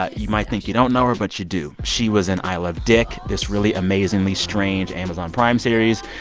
ah you might think you don't know her, but you do. she was in i love dick, this really amazingly strange amazon prime series.